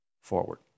forward